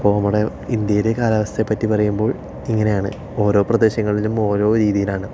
അപ്പോൾ നമ്മുടെ ഇന്ത്യയിലെ കാലാവസ്ഥയെ പറ്റി പറയുകയുകയാണെങ്കിൽ ഇങ്ങനെയാണ് ഓരോ പ്രദേശങ്ങളിലും ഓരോ രീതിയിലാണ്